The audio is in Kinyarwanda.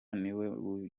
niwe